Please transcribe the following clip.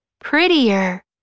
prettier